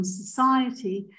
society